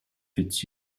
fits